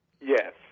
Yes